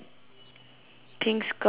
pink skirt and then the